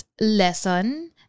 lesson